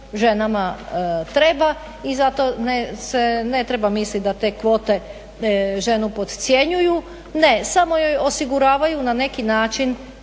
ženama treba, i zato se ne treba misliti da te kvote ženu podcjenjuju, ne, samo joj osiguravaju na neki način